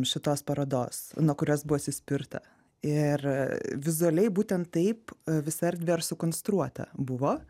šitos parodos nuo kurios buvo atsispirta ir vizualiai būtent taip visa erdvė ir sukonstruota buvo